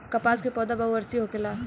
कपास के पौधा बहुवर्षीय होखेला